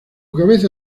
cabeza